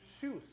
shoes